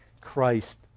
Christ